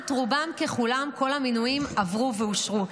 רובם ככולם, כמעט כל המינויים עברו ואושרו.